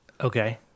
Okay